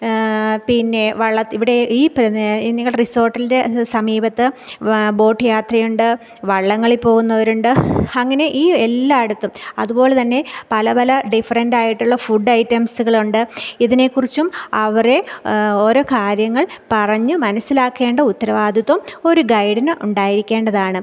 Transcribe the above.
പിന്നെ വള്ളത്തിൽ ഇവിടെ ഈ പ്രദേ നിങ്ങളുടെ റിസോർട്ടിൻ്റെ സമീപത്ത് ബോട്ട് യാത്രയുണ്ട് വള്ളങ്ങളിൽ പോകുന്നവരുണ്ട് അങ്ങനെ ഈ എല്ലായിടത്തും അതുപോലെതന്നെ പല പല ഡിഫറൻറ്റായിട്ടുള്ള ഫുഡ് ഐറ്റംസുകളുണ്ട് ഇതിനെക്കുറിച്ചും അവരെ ഓരോ കാര്യങ്ങൾ പറഞ്ഞു മനസ്സിലാക്കേണ്ട ഉത്തരവാദിത്വം ഒരു ഗൈഡിന് ഉണ്ടായിരിക്കേണ്ടതാണ്